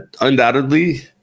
undoubtedly